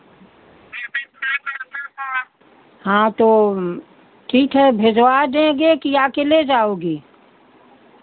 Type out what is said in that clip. हाँ तो ठीक है भिजवा देंगे कि आके ले जाओगी